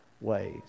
ways